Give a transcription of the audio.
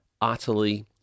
utterly